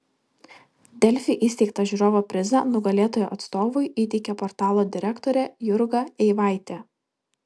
delfi įsteigtą žiūrovo prizą nugalėtojo atstovui įteikė portalo direktorė jurga eivaitė